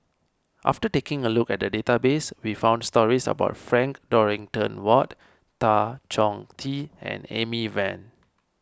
after taking a look at the database we found stories about Frank Dorrington Ward Tan Chong Tee and Amy Van